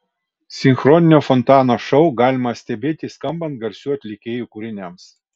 sinchroninio fontano šou galima stebėti skambant garsių atlikėjų kūriniams